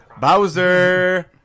Bowser